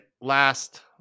Last